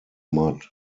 mud